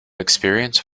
experience